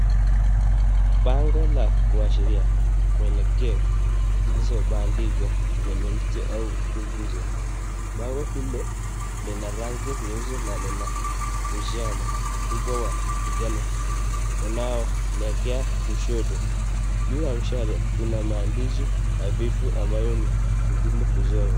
Bango la kuashiria muaelekeo zilizo bandikwa kwenye mti au nguzo. Mbao hilo lina rangi nyeusi na lina mshale mkubwa wa kijani unoelekea kushoto. Juu ya mishale kuna maandishi hafifu ambayo ni ngumu kusoma.